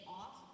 off